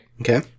Okay